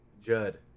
Judd